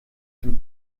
and